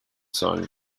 sonia